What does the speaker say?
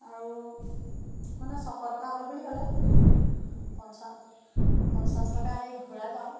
আৰু মানে ছশ টকা হ'ল বুলি ক'লে পঞ্চা পঞ্চাছ টকা সেই ঘূৰাই পাওঁ